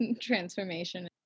transformation